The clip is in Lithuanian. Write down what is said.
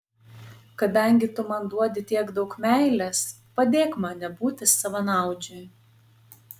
kadangi tu man duodi tiek daug meilės padėk man nebūti savanaudžiui